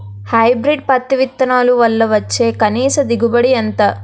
Hybrid పత్తి విత్తనాలు వల్ల వచ్చే కనీస దిగుబడి ఎంత?